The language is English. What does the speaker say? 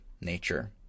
nature